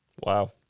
Wow